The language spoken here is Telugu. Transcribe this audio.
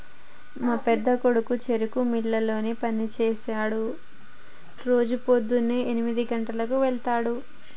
మా పెద్దకొడుకు చెరుకు మిల్లులో పని సెయ్యడానికి రోజు పోద్దున్నే ఎనిమిది గంటలకు వెళ్తుండు